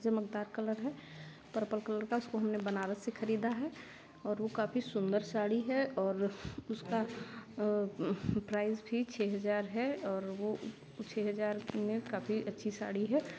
चमकदार कलर है purple colour का उसको हमने बनारस से खरीदा है और वह काफी सुन्दर साड़ी है और उसका प्राइस भी छह हज़ार है और वह छह हज़ार में काफी अच्छी साड़ी है